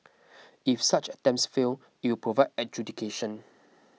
if such attempts fail it will provide adjudication